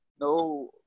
no